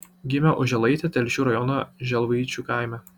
gimė uzėlaitė telšių rajono želvaičių kaime